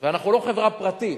ואנחנו לא חברה פרטית,